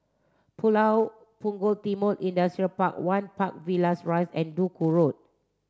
Pulau Punggol Timor Industrial Park one Park Villas Rise and Duku Road